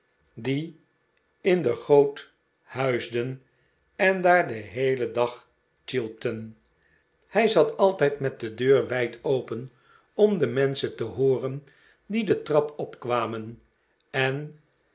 die in de goot huisden en daar den heelen dag sjilpten hij zat altijd met de deur wijd open om de menschen te hooren die de trap opkwamen en